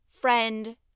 friend